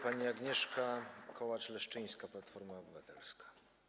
Pani poseł Agnieszka Kołacz-Leszczyńska, Platforma Obywatelska.